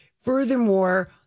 furthermore